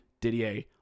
Didier